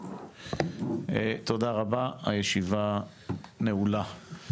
תודה רבה הישיבה נעולה.